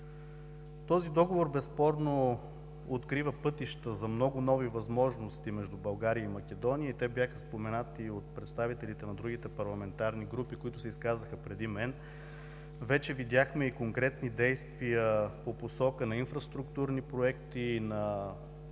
Този договор безспорно открива пътища за много нови възможности между България и Македония и те бяха споменати от представителите на другите парламентарни групи, които се изказаха преди мен. Вече видяхме и конкретни действия по посока на инфраструктурни проекти, на